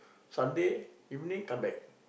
Sunday evening come back